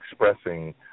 expressing